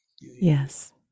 Yes